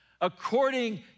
According